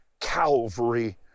Calvary